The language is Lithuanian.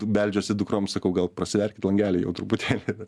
beldžiuosi dukroms sakau gal prasiverkit langelį jau truputėlį